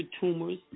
tumors